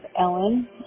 Ellen